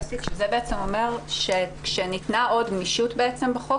זה בעצם אומר שכאשר ניתנה עוד גמישות בחוק,